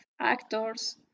actors